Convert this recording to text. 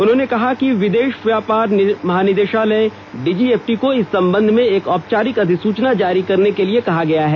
उन्होंने कहा विदेश व्यापार महानिदेशालय डीजीएफटी को इस संबंध में एक औपचारिक अधिसूचना जारी करने के लिए कहा गया है